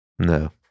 No